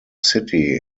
city